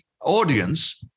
audience